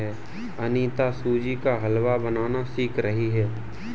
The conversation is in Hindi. अनीता सूजी का हलवा बनाना सीख रही है